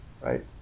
Right